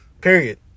Period